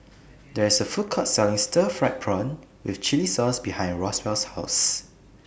There IS A Food Court Selling Stir Fried Prawn with Chili Sauce behind Roswell's House